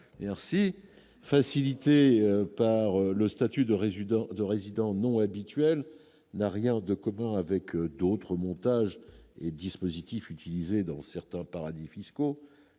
merci facilitée par le statut de résident de résident non habituel n'a rien de commun avec d'autres montages et dispositifs utilisés dans certains paradis fiscaux